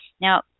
Now